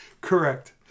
Correct